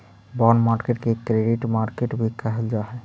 bond market के credit market भी कहल जा हइ